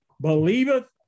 believeth